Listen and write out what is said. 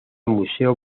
museo